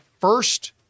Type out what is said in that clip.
first